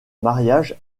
mariage